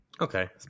Okay